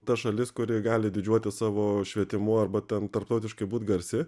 ta šalis kuri gali didžiuotis savo švietimu arba ten tarptautiškai būt garsi